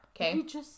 Okay